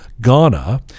Ghana